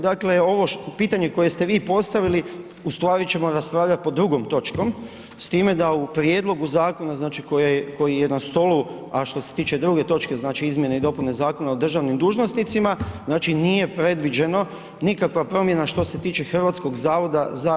Dakle ovo, pitanje koje ste vi postavili, u stvari ćemo raspravljati pod drugom točkom, s time da u prijedlogu zakona, znači koji je na stolu, a što se tiče druge točke, znači Izmjene i dopune Zakona o državnim dužnosnicima, znači nije predviđeno nikakva promjena što se tiče HZZO-a.